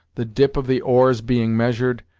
the dip of the oars being measured,